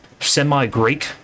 semi-greek